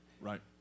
Right